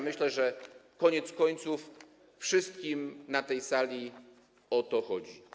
Myślę, że koniec końców wszystkim na tej sali o to chodzi.